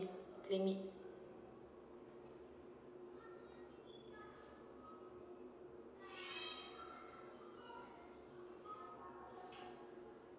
claim it